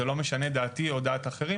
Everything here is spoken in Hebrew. וזה לא משנה דעתי או דעת אחרים,